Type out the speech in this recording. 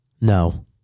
No